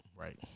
right